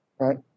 Right